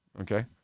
okay